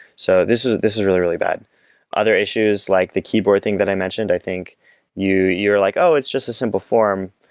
so this is this is really, really bad other issues like the keyboard thing that i mentioned, i think you're like, oh, it's just a simple form,